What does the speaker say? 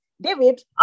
David